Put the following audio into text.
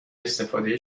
استفاده